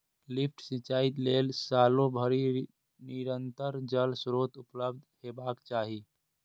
lift सिंचाइ लेल सालो भरि निरंतर जल स्रोत उपलब्ध हेबाक चाही